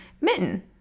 Mitten